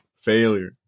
Failure